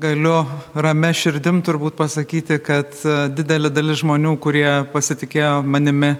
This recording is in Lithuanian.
galiu ramia širdim turbūt pasakyti kad didelė dalis žmonių kurie pasitikėjo manimi